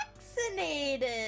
vaccinated